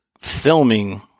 filming